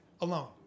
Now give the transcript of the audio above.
alone